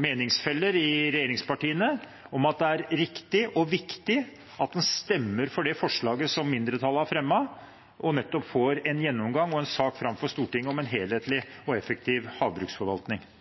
meningsfeller i regjeringspartiene om at det er riktig og viktig at en stemmer for det forslaget som mindretallet har fremmet, og får en gjennomgang og en sak fram for Stortinget om en helhetlig og effektiv havbruksforvaltning.